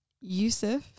Yusuf